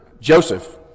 Joseph